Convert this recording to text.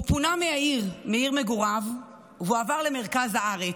הוא פונה מהעיר, מעיר מגוריו, ועבר למרכז הארץ,